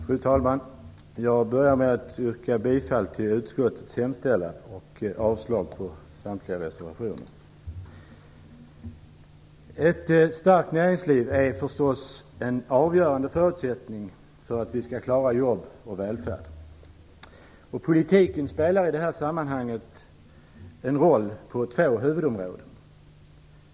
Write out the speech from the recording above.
Fru talman! Jag börjar med att yrka bifall till utskottets hemställan och avslag på samtliga reservationer. Ett starkt näringsliv är förstås en avgörande förutsättning för att vi skall klara jobb och välfärd. Politiken spelar i detta sammanhang en roll på två huvudområden.